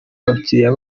abakiriya